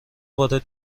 وارد